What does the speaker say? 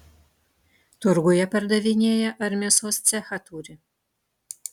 turguje pardavinėja ar mėsos cechą turi